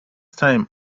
time